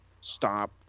stop